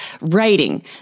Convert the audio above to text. Writing